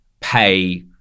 pay